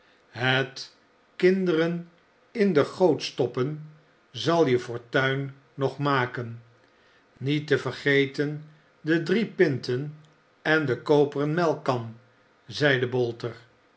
het kinderen in de goot stoppen zal je fortuin nog maken niet te vergeten de drie pinten en de koperen melkkan zeide bo